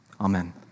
Amen